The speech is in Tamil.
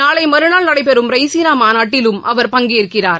நாளை மறுநாள் நடைபெறும் ரெய்சினா மாநாட்டிலும் அவர் பங்கேற்கிறார்